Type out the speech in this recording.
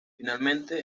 finalmente